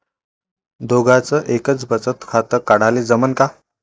दोघाच एकच बचत खातं काढाले जमनं का?